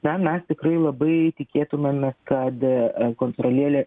na mes tikrai labai tikėtumėmės kad kontrolierė